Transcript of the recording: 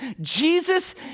Jesus